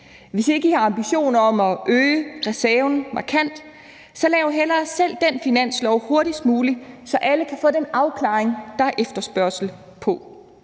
Hvis ikke I har ambitioner om at øge reserven markant, så lav hellere selv den finanslov hurtigst muligt, så alle kan få den afklaring, der er efterspørgsel på.